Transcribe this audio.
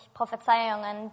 Prophezeiungen